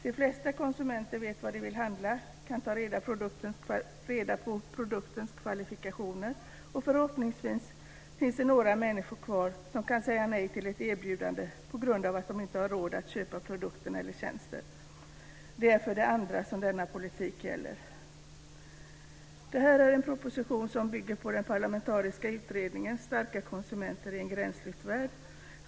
De flesta konsumenter vet vad de vill handla och kan ta reda på produktens kvalifikationer, och förhoppningsvis finns det några människor kvar som kan säga nej till ett erbjudande på grund av att de inte har råd att köpa produkten eller tjänsten. Det är för de andra som denna politik gäller. Den här är en proposition som bygger på den parlamentariska utredningen Starka konsumenter i en gränslös värld.